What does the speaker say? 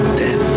dead